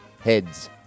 heads